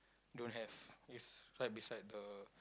don't have it's right beside the